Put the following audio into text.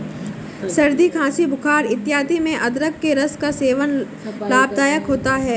सर्दी खांसी बुखार इत्यादि में अदरक के रस का सेवन लाभदायक होता है